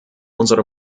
unsere